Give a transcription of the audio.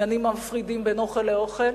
העניינים המפרידים בין אוכל לאוכל,